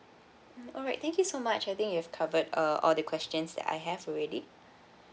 mm alright thank you so much I think you've covered uh all the questions that I have already